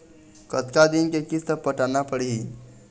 कतका दिन के किस्त पटाना पड़ही?